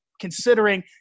considering